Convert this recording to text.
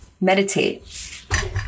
meditate